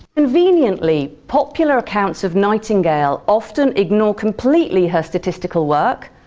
conveniently, popular accounts of nightingale often ignore completely her statistical work,